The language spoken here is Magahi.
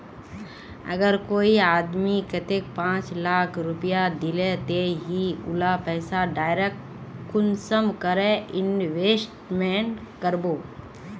अगर कोई आदमी कतेक पाँच लाख रुपया दिले ते ती उला पैसा डायरक कुंसम करे इन्वेस्टमेंट करबो?